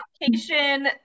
Education